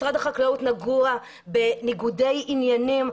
משרד החקלאות נגוע בניגודי עניינים.